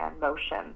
motion